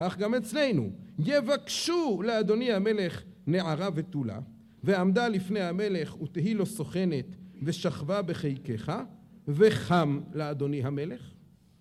אך כך גם אצלנו, יבקשו לאדוני המלך נערה בתולה ועמדה לפני המלך ותהילו סוכנת ושכבה בחייקיך וחם לאדוני המלך